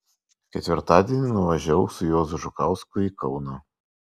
ketvirtadienį nuvažiavau su juozu žukausku į kauną